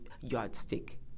yardstick